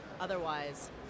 otherwise